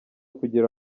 kugira